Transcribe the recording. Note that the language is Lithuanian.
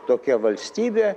tokia valstybė